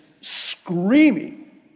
screaming